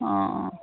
অঁ অঁ